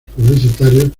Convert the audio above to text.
publicitarios